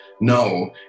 No